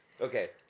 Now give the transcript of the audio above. Okay